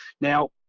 Now